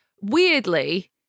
weirdly